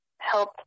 help